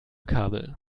kabel